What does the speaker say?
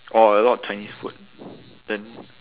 orh a lot of chinese food then